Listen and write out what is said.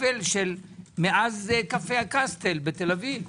מאז קפה הקסטל בתל אביב.